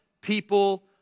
people